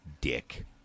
dick